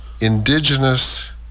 indigenous